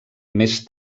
més